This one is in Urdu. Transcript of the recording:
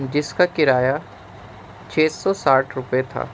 جس کا کرایہ چھ سو ساٹھ روپئے تھا